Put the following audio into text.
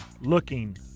looking